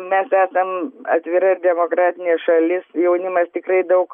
mes esam atvira ir demokratinė šalis jaunimas tikrai daug